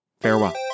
farewell